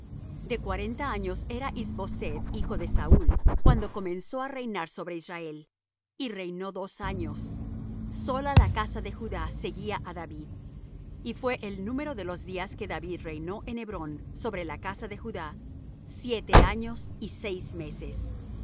de cuarenta años era is boseth hijo de saúl cuando comenzó á reinar sobre israel y reinó dos años sola la casa de judá seguía á david y fué el número de los días que david reinó en hebrón sobre la casa de judá siete años y seis meses